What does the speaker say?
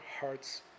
hearts